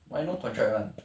why no contract [one]